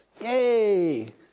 Yay